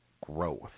growth